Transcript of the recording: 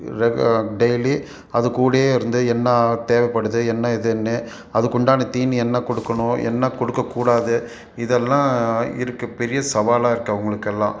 ரெகு daily அதுக்கூடயே இருந்து என்ன தேவைப்படுது என்ன ஏதுன்னு அதுக்குண்டான தீனி என்ன கொடுக்கணும் என்ன கொடுக்கக்கூடாது இதெல்லாம் இருக்குது பெரிய சவாலாக இருக்குது அவங்களுக்கெல்லாம்